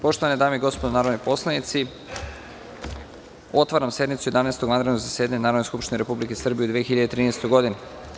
Poštovane dame i gospodo narodni poslanici, otvaram sednicu Jedanaestog vanrednog zasedanja Narodne skupštine Republike Srbije u 2013. godini.